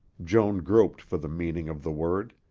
joan groped for the meaning of the word.